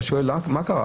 ואתה שואל: מה קרה?